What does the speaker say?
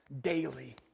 Daily